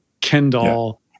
Kendall